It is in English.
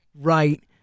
right